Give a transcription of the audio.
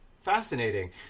Fascinating